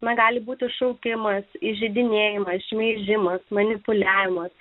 negali būti šaukimas įžeidinėjimas šmeižimas manipuliavimas